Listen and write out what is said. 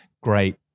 great